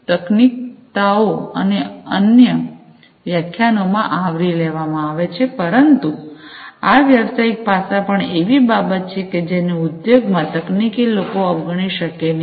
તકનીકીતાઓ અન્ય વ્યાખ્યાનોમાં આવરી લેવામાં આવી છે પરંતુ આ વ્યવસાયિક પાસાં પણ એવી બાબત છે કે જેને ઉદ્યોગમાં તકનીકી લોકો અવગણી શકે નહીં